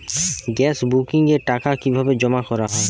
Gas বুকিংয়ের টাকা কিভাবে জমা করা হয়?